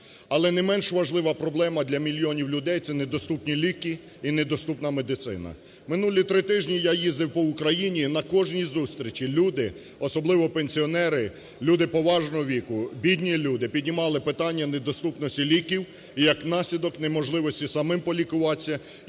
Але не менш важлива проблема для мільйонів людей – це недоступні ліки і недоступна медицина. Минулі три тижні я їздив по Україні. На кожній зустрічі люди, особливо пенсіонери, люди поважного віку, бідні люди піднімали питання недоступності ліків і як наслідок неможливості самим полікуватися